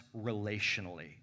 relationally